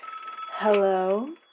Hello